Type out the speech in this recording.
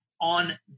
on